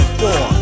four